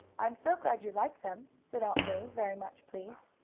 i'm so glad you like them, said aunt lu, very much pleased.